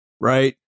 Right